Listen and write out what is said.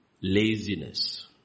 laziness